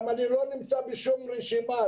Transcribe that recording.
אני גם לא נמצא בשום רשימה,